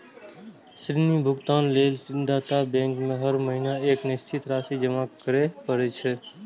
ऋण भुगतान लेल ऋणदाता बैंक में हर महीना एक निश्चित राशि जमा करय पड़ै छै